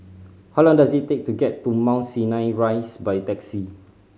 how long does it take to get to Mount Sinai Rise by taxi